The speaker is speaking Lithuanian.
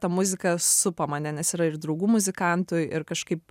ta muzika supa mane nes yra ir draugų muzikantų ir kažkaip